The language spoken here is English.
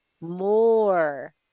more